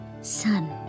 son